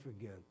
again